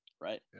right